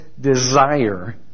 desire